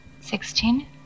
sixteen